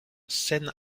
seine